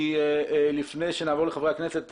לפני שנעבור לחברי הכנסת,